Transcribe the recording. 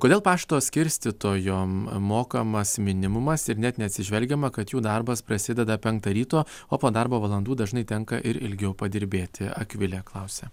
kodėl pašto skirstytojom mokamas minimumas ir net neatsižvelgiama kad jų darbas prasideda penktą ryto o po darbo valandų dažnai tenka ir ilgiau padirbėti akvilė klausia